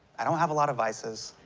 i don't have a lot of vices.